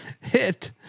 hit